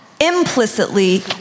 implicitly